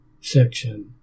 section